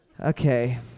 Okay